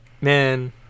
man